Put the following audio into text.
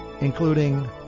including